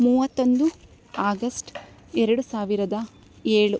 ಮೂವತ್ತೊಂದು ಆಗಸ್ಟ್ ಎರಡು ಸಾವಿರದ ಏಳು